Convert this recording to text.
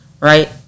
right